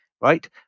right